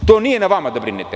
To nije na vama da brinete.